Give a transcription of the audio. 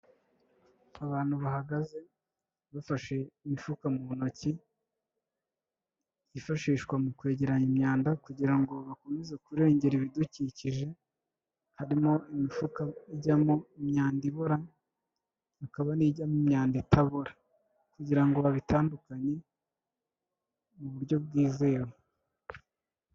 Abantu bahagaze bafashe imifuka mu ntoki yifashishwa mu kwegeranya imyanda kugira ngo bakomeze kurengera ibidukikije, harimo imifuka ijyamo imyanda ibora bakaba n'ijyamo imyanda itabora kugira ngo babitandukanye mu buryo bwizewe.